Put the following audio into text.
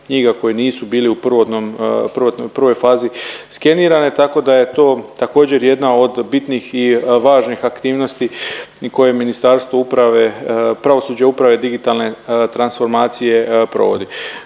koje nisu bili u prvotnom, u prvoj fazi skenirane tako da je to također jedna od bitnih i važnih aktivnosti i koje Ministarstvo uprave, pravosuđa, uprave i digitalne transformacije provodi.